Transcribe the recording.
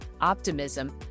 Optimism